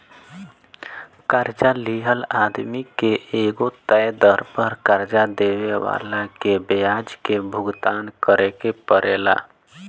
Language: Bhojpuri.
कर्जा लिहल आदमी के एगो तय दर पर कर्जा देवे वाला के ब्याज के भुगतान करेके परेला